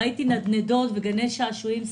וראיתי נדנדות וגני שעשועים שרופים.